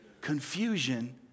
Confusion